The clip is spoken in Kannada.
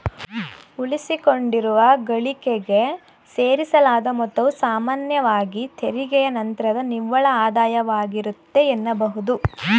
ಉಳಿಸಿಕೊಂಡಿರುವ ಗಳಿಕೆಗೆ ಸೇರಿಸಲಾದ ಮೊತ್ತವು ಸಾಮಾನ್ಯವಾಗಿ ತೆರಿಗೆಯ ನಂತ್ರದ ನಿವ್ವಳ ಆದಾಯವಾಗಿರುತ್ತೆ ಎನ್ನಬಹುದು